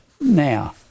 Now